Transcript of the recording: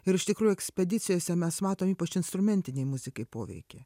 ir iš tikrųjų ekspedicijose mes matom ypač instrumentinei muzikai poveikį